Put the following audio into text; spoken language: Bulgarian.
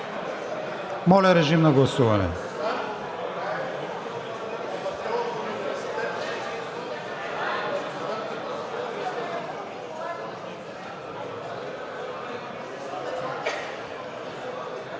Моля, режим на гласуване.